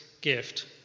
gift